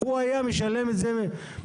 הוא היה משלם את זה מלכתחילה.